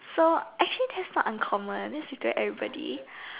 so actually that's not uncommon that's with everybody